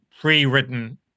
pre-written